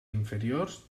inferiors